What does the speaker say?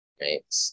right